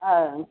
ಹಾಂ